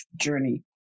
journey